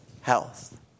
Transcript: health